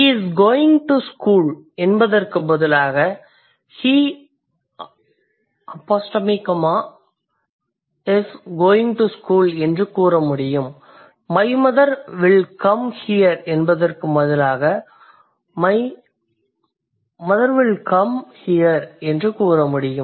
he is going to school என்பதற்குப் பதிலாக he's going to school என்று கூற முடியும் my brother will come here என்பதற்குப் பதிலாக my brother'll come here என்று கூற முடியும்